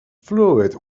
fluid